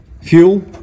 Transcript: Fuel